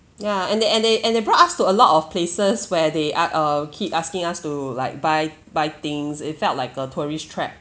yeah and they and they and they brought us to a lot of places where they are uh keep asking us to like buy buy things it felt like a tourist trap